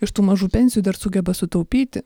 iš tų mažų pensijų dar sugeba sutaupyti